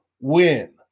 win